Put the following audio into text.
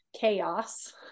chaos